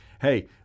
hey